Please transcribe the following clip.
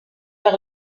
par